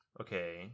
Okay